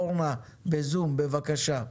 אורנה בזום, בבקשה.